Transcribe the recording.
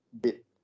bit